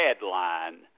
headline